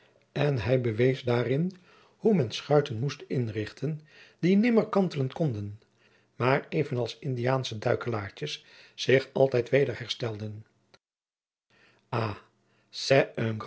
en hij bewees daarin hoe men schuiten moest inrichten die nimmer kantelen konden maar even als indiaansche duikelaartjes zich altijd weder herstelden